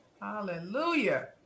Hallelujah